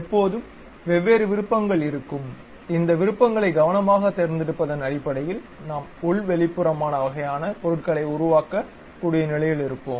எப்போதும் வெவ்வேறு விருப்பங்கள் இருக்கும் இந்த விருப்பங்களை கவனமாக தேர்ந்தெடுப்பதன் அடிப்படையில் நாம் உள் வெளிப்புற வகையான பொருட்களை உருவாக்க கூடிய நிலையில் இருப்போம்